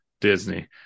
Disney